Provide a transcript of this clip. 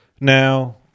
Now